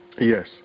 yes